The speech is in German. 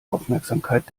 aufmerksamkeit